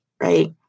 right